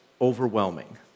overwhelming